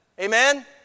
Amen